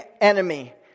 enemy